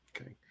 Okay